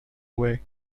way